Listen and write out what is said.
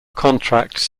contracts